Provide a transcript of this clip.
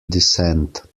descent